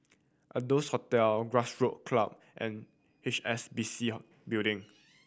Adonis Hotel Grassroot Club and H S B C Building